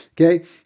Okay